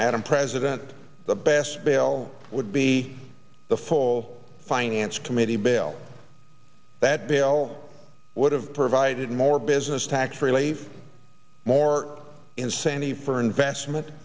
madam president the best bill would be the full finance committee bill that bill would have provided more business tax relief more incentive for investment